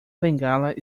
bengala